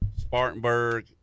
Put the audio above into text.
Spartanburg